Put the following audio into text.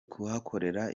kuhakorera